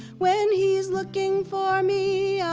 when he's looking for me,